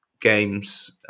games